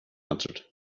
answered